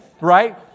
Right